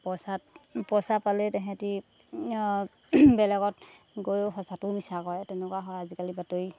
পইচাত পইচা পালেই তাহাঁতি বেলেগত গৈও সঁচাটোও মিছা কৰে তেনেকুৱা হয় আজিকালি বাতৰি